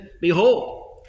Behold